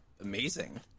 amazing